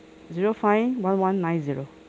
zero five one one nine zero